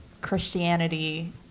Christianity